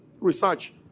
research